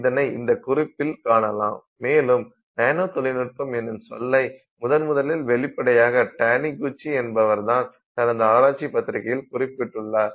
இதனை இந்த குறிப்பில் காணலாம் மேலும் நானோ தொழில்நுட்பம் என்னும் சொல்லை முதன்முதலில் வெளிப்படையாக டானிகுச்சி என்பவர் தனது ஆராய்ச்சி பத்திரிக்கையில் குறிப்பிட்டுள்ளார்